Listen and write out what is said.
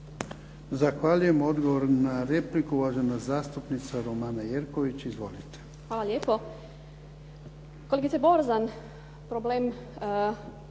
Hvala lijepo. Kolegice Borzan, problem